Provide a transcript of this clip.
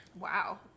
Wow